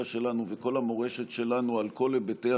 שלנו וכל המורשת שלנו על כל היבטיה,